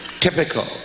typical